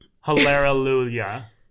hallelujah